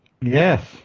Yes